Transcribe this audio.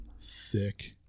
thick